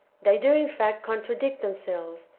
they do in fact contradict themselves,